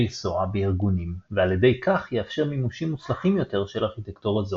SOA בארגונים ועל ידי כך יאפשר מימושים מוצלחים יותר של ארכיטקטורה זו.